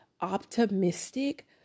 optimistic